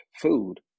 food